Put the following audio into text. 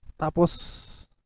tapos